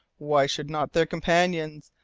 why should not their companions,